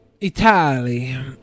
Italy